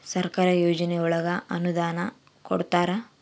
ಸರ್ಕಾರ ಯೋಜನೆ ಒಳಗ ಅನುದಾನ ಕೊಡ್ತಾರ